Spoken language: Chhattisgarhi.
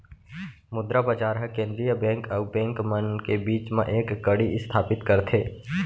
मुद्रा बजार ह केंद्रीय बेंक अउ बेंक मन के बीच म एक कड़ी इस्थापित करथे